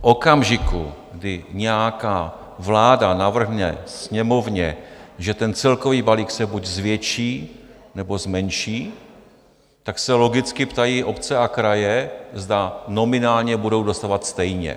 V okamžiku, kdy nějaká vláda navrhne Sněmovně, že ten celkový balík se buď zvětší, nebo zmenší, tak se logicky ptají obce a kraje, zda nominálně budou dostávat stejně.